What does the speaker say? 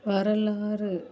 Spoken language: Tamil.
வரலாறு